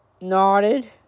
nodded